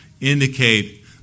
indicate